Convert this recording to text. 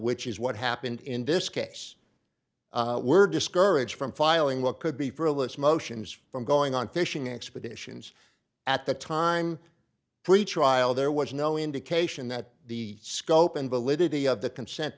which is what happened in this case were discouraged from filing what could be for a list motions from going on fishing expeditions at the time for a trial there was no indication that the scope and validity of the consent